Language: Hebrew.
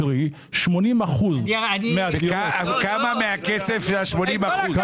קרי 80% מהדירות --- כמה מהכסף זה ה-80%?